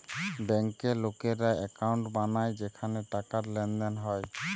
বেঙ্কে লোকেরা একাউন্ট বানায় যেখানে টাকার লেনদেন হয়